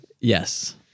Yes